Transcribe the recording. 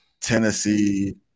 Tennessee